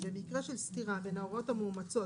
במקרה של סתירה בין ההוראות המאומצות,